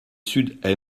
sud